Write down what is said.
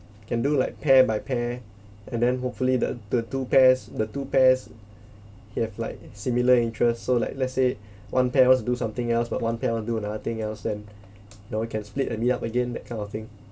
can do like pair by pair and then hopefully the the two pairs the two pairs he have like similar interests so like let's say one pair wants to do something else but one pair want do another thing else then know you can split and meet up again that kind of thing